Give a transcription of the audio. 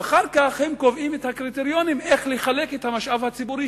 ואחר כך הם קובעים את הקריטריונים איך לחלק את המשאב הציבורי,